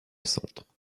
centre